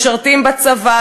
משרתים בצבא,